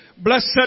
Blessed